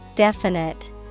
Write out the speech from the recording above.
Definite